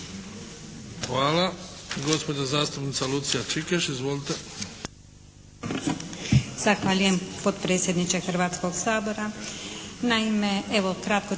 Hvala. Gospođa zastupnica Lucija Čikeš. Izvolite.